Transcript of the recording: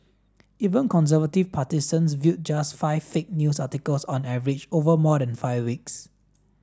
even conservative partisans viewed just five fake news articles on average over more than five weeks